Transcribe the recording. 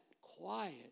quiet